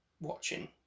watching